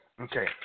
Okay